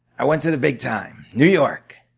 i went to the big time, new york.